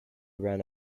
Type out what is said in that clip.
ran